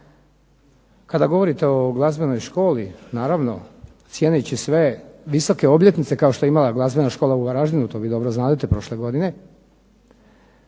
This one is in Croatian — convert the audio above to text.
Kada govorite o glazbenoj školi, naravno cijeneći sve visoke obljetnice kao što ima glazbena škola u Varaždinu, to vi dobro znadete prošle godine,